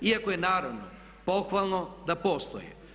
Iako je naravno pohvalno da postoje.